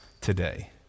today